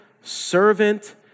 servant